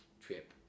trip